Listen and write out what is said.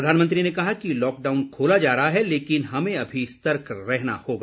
प्रधानमंत्री ने कहा कि लॉकडाउन खोला जा रहा है लेकिन हमें अभी सतर्क रहना होगा